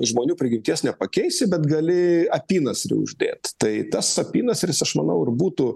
žmonių prigimties nepakeisi bet gali apynasrį uždėt tai tas apynasris aš manau ir būtų